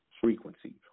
frequency